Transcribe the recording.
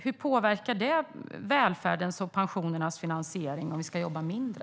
Hur påverkar det välfärdens och pensionernas finansiering om vi ska jobba mindre?